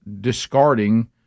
discarding